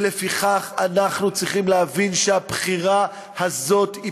ולפיכך אנחנו צריכים להבין שהבחירה הזאת היא